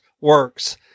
works